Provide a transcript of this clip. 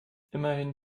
immerhin